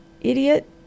Idiot